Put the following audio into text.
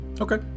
Okay